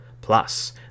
Plus